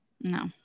No